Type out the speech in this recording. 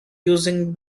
using